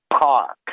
Park